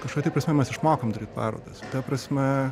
kažkokia tai prasme mes išmokom parodas ta prasme